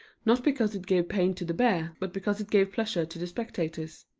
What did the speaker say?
not because it gave pain to the bear, but because it gave pleasure to the spectators.